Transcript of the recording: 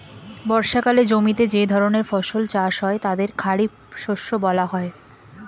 বর্ষাকালে জমিতে যে ধরনের ফসল চাষ হয় তাদের খারিফ শস্য বলা হয়